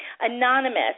Anonymous